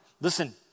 listen